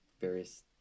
various